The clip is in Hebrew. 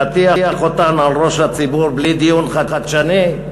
להטיח אותן על ראש הציבור בלי דיון חדשני,